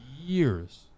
years